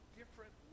different